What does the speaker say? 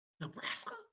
Nebraska